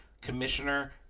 commissioner